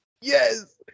Yes